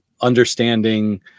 understanding